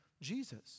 Jesus